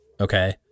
Okay